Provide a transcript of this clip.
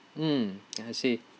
mm ya I see